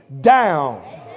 down